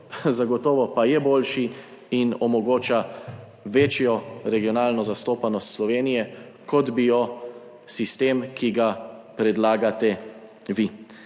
zagotovo pa je boljši in omogoča večjo regionalno zastopanost Slovenije kot bi jo sistem, ki ga predlagate vi.